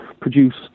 produced